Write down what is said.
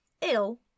ill